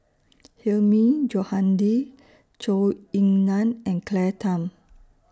Hilmi Johandi Zhou Ying NAN and Claire Tham